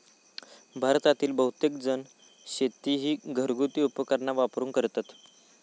भारतातील बहुतेकजण शेती ही घरगुती उपकरणा वापरून करतत